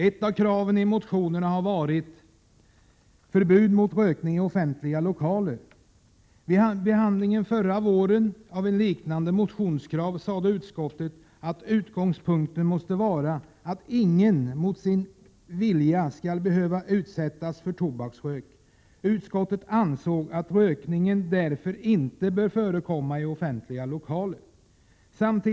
Ett av kraven i motionerna har varit förbud mot rökning i offentliga lokaler. Vid behandlingen av ett liknande motionskrav förra våren sade 97 Prot. 1987/88:115 utskottet att utgångspunkten måste vara att ingen skall behöva utsättas för tobaksrök mot sin vilja. Utskottet ansåg att rökning därför inte bör få förekomma i offentliga lokaler.